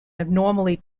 abnormally